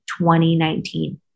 2019